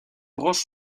branches